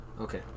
Okay